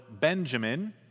Benjamin